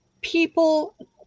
People